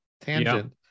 tangent